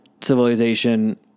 civilization